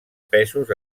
pesos